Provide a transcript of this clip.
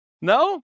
no